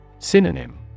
Synonym